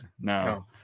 no